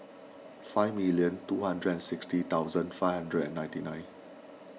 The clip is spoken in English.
five million two hundred and sixty thousand five hundred and ninety nine